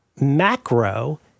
macro